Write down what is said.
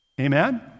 Amen